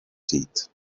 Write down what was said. teeth